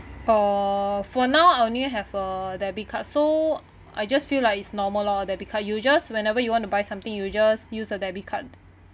uh for now I only have a debit card so I just feel like it's normal lor debit card you just whenever you want to buy something you just use a debit card